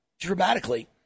dramatically